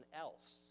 else